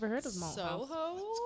Soho